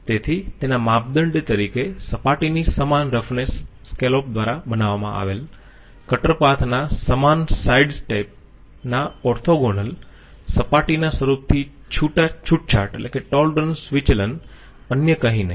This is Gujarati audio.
તેથી તેના માપદંડ તરીકે સપાટીની સમાન રફનેસ સ્કેલોપ દ્વારા બનાવવામાં આવેલ કટર પાથ ના સમાન સાઈડ સ્ટેના ઓર્થોગોનલ સપાટીના સ્વરૂપથી છૂટછાટ વિચલન અન્ય કંઈ નહી